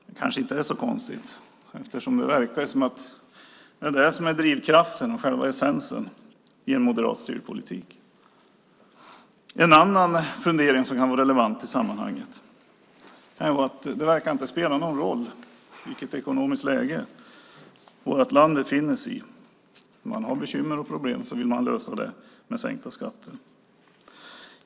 Det kanske inte är så konstigt eftersom det verkar vara drivkraften och själva essensen i en moderatstyrd politik. En annan fundering som kan vara relevant i sammanhanget är att det inte verkar spela någon roll vilket ekonomiskt läge vårt land befinner sig i. Om man har bekymmer och problem vill man lösa dem med sänkta skatter.